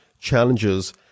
challenges